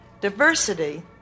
diversity